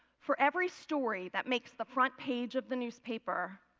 for every story that makes the front page of the newspaper,